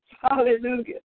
Hallelujah